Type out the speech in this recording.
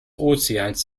ozeans